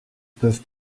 peuvent